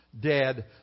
Dead